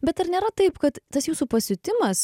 bet ar nėra taip kad tas jūsų pasiutimas